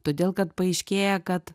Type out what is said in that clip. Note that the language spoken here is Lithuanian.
todėl kad paaiškėja kad